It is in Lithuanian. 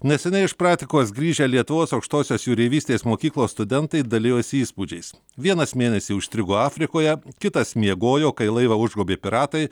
neseniai iš praktikos grįžę lietuvos aukštosios jūreivystės mokyklos studentai dalijosi įspūdžiais vienas mėnesį užstrigo afrikoje kitas miegojo kai laivą užgrobė piratai